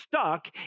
stuck